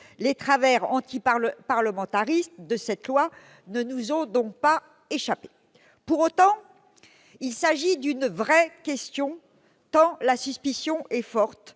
Les travers antiparlementaristes de cette loi ne nous ont donc pas échappé. Pour autant, il s'agit d'une vraie question, tant la suspicion est forte,